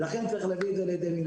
לכן צריך להביא את זה לידי מימוש.